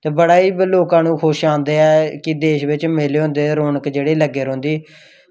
ते बड़ा ई लोकां नूं खुश आंदा ऐ कि देश बिच्च मेले होंदे रौनक जेह्ड़े लग्गे रौंह्दी